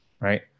right